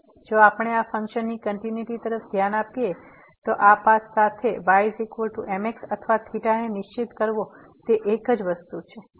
તેથી જો આપણે આ ફંક્શનની કંટીન્યુઈટી તરફ ધ્યાન આપીએ તેથી આ પાથ સાથે ymx અથવા θ ને નિશ્ચિત કરવો તે એક જ વસ્તુ છે